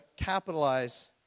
capitalize